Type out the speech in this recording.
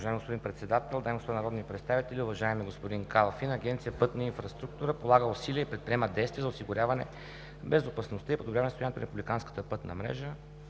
Уважаеми господин Председател, дами и господа народни представители, уважаеми господин Калфин! Агенция „Пътна инфраструктура“ полага усилия и предприема действия за осигуряване безопасността и подобряването на състоянието на републиканската пътна мрежа,